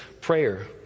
prayer